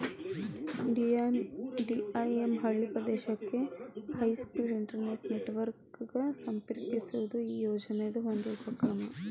DIM ಹಳ್ಳಿ ಪ್ರದೇಶಕ್ಕೆ high speed internet network ಗ ಸಂಪರ್ಕಿಸೋದು ಈ ಯೋಜನಿದ್ ಒಂದು ಉಪಕ್ರಮ